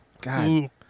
God